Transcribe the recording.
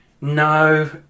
No